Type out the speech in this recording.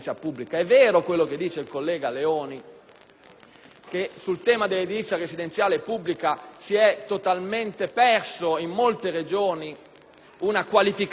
che sul tema dell'edilizia residenziale pubblica si è totalmente perso in molte Regioni l'intento di qualificare e riconoscere il diritto di cittadinanza.